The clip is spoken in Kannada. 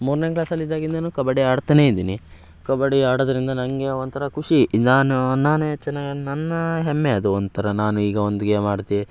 ಮೂರನೇ ಕ್ಲಾಸಲ್ಲಿ ಇದ್ದಾಗಿಂದನೂ ಕಬಡ್ಡಿ ಆಡ್ತಲೇ ಇದ್ದೀನಿ ಕಬಡ್ಡಿ ಆಡೋದ್ರಿಂದ ನನಗೆ ಒಂಥರ ಖುಷಿ ನಾನು ನಾನು ಚೆನ್ನಾಗಿ ನನ್ನ ಹೆಮ್ಮೆ ಅದು ಒಂಥರ ನಾನು ಈಗ ಒಂದು ಗೇಮ್ ಆಡ್ತಿ